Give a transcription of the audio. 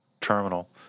terminal